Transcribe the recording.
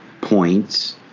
points